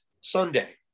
Sunday